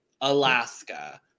Alaska